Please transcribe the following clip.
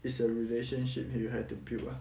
it's a relationship here you have to build ah